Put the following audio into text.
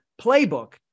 playbook